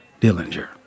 Dillinger